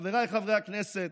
חבריי חברי הכנסת,